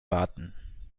warten